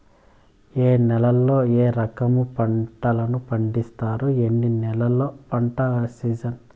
ఏ నేలల్లో ఏ రకము పంటలు పండిస్తారు, ఎన్ని నెలలు పంట సిజన్?